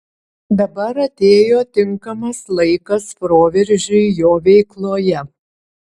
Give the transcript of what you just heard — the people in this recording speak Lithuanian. dabar atėjo tinkamas laikas proveržiui jo veikloje